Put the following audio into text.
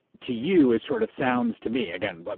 to you, is sort of. sounds to me, again, but